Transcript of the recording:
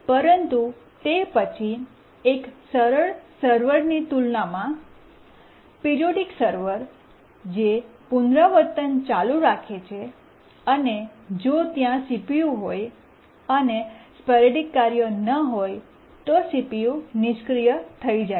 પરંતુ તે પછી એક સરળ સર્વર ની તુલનામાં પિરીયોડીક સર્વર જે પુનરાવર્તન ચાલુ રાખે છે અને જો ત્યાં સીપીયુ હોય અને સ્પોરૈડિક કાર્ય ન હોય તો સીપીયુ ટાઇમ નિષ્ક્રિય થઈ જાય છે